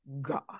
God